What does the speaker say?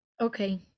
Okay